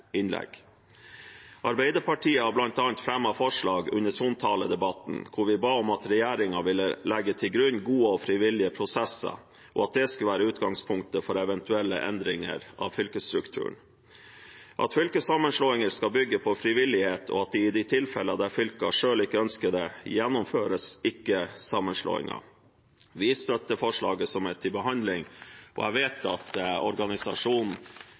Arbeiderpartiet fremmet bl.a. forslag under trontaledebatten, der vi ba om at regjeringen ville legge til grunn gode og frivillige prosesser, og at det skulle være utgangspunktet for eventuelle endringer av fylkesstrukturen, at fylkessammenslåinger skal bygge på frivillighet, og at det i de tilfeller der fylker selv ikke ønsker det, ikke gjennomføres sammenslåinger. Vi støtter forslaget som er til behandling. Jeg vet at organisasjonen